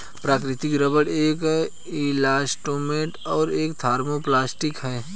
प्राकृतिक रबर एक इलास्टोमेर और एक थर्मोप्लास्टिक है